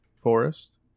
Forest